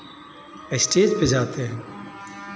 stage पे जाते हैं